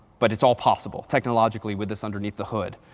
but it's all possible technologically with this underneath the hood.